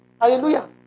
Hallelujah